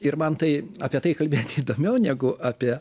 ir man tai apie tai kalbėti įdomiau negu apie